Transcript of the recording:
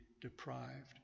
deprived